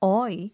oi